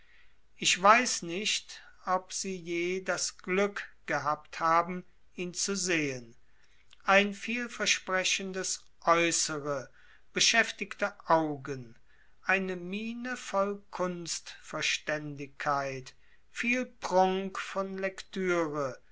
ich weiß nicht ob sie je das glück gehabt haben ihn zu sehen ein vielversprechendes äußere beschäftigte augen eine miene voll kunstverständigkeit viel prunk von lektüre